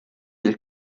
del